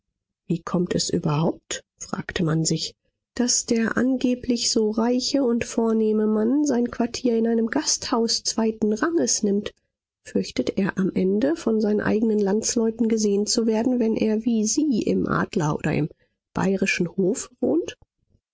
wie kommt es überhaupt fragte man sich daß der angeblich so reiche und vornehme mann sein quartier in einem gasthaus zweiten ranges nimmt fürchtet er am ende von seinen eignen landsleuten gesehen zu werden wenn er wie sie im adler oder im bayrischen hof wohnt